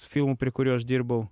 filmų prie kurių aš dirbau